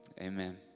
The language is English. Amen